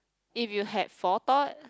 if you have forethought